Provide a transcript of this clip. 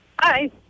Hi